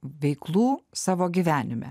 veiklų savo gyvenime